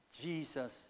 Jesus